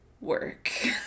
work